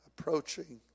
approaching